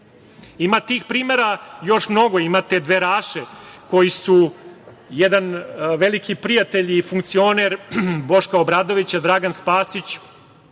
tih primera još mnogo. Imate "dveraše" koji su, jedan veliki prijatelj i funkcioner Boška Obradovića, Dragan Spasić